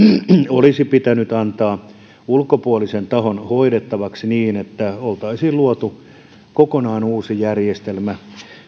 olisi pitänyt antaa ulkopuolisen tahon hoidettavaksi niin että oltaisiin luotu kokonaan uusi järjestelmä